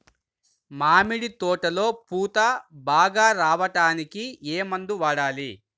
మామిడి తోటలో పూత బాగా రావడానికి ఏ మందు వాడాలి?